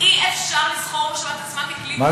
אי-אפשר לסחור בשבת עצמה ככלי פוליטי.